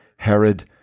Herod